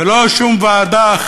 ולא שום ועדה.